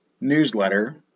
newsletter